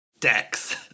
Dex